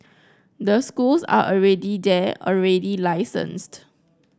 the schools are already there already licensed